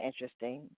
interesting